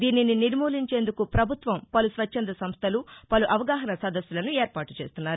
దీనిని నిర్మూలించేందుకు పభుత్వం పలు స్వచ్ఛంద సంస్థలు పలు అవగాహన సదస్సులు ఏర్పాటు చేస్తున్నారు